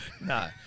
No